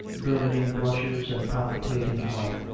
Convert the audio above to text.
burning blushes and palpitating heart,